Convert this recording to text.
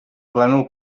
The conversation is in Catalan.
plànol